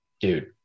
Dude